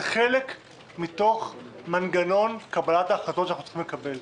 זה חלק ממנגנון קבלת ההחלטות שאנחנו צריכים לקבל.